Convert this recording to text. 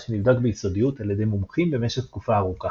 שנבדק ביסודיות על ידי מומחים במשך תקופה ארוכה.